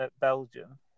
Belgium